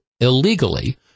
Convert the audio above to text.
illegally